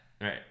Right